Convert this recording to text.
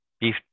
beef